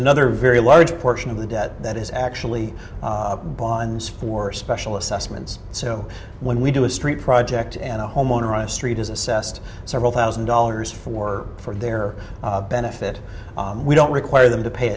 another very large portion of the debt that is actually bonds for special assessments so when we do a street project and a homeowner on a street is assessed several thousand dollars for for their benefit we don't require them to pay